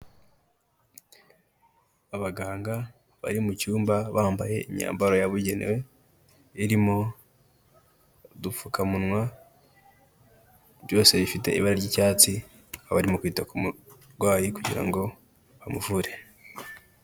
Abaganga bari mu cyumba bambaye imyambaro yabugenewe, irimo udupfukamunwa byose bifite ibara ry'icyatsi aba arimo kwita ku murwayi kugira ngo bamuvure.